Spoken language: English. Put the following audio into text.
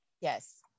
yes